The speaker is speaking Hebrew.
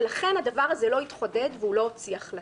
ולכן הדבר הזה לא התחדד והוא לא הוציא החלטה.